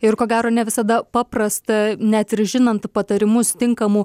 ir ko gero ne visada paprasta net ir žinant patarimus tinkamu